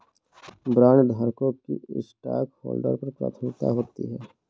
बॉन्डधारकों की स्टॉकहोल्डर्स पर प्राथमिकता होती है